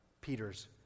Peter's